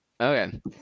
okay